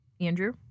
Andrew